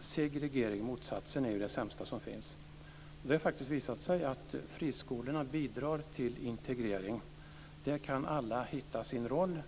Segregering, motsatsen, är ju det sämsta som finns. Det har faktiskt visat sig att friskolorna bidrar till integrering. Där kan alla hitta sin roll.